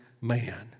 man